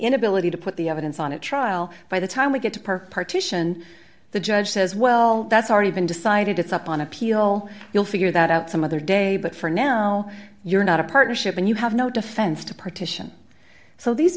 inability to put the evidence on a trial by the time we get to per partition the judge says well that's already been decided it's up on appeal you'll figure that out some other day but for now you're not a partnership and you have no defense to partition so these